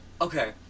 Okay